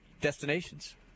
destinations